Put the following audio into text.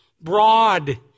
broad